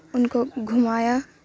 ان کو گھمایا